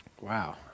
Wow